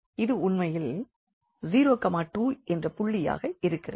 இது உண்மையில் 02 என்ற புள்ளியாக இருக்கிறது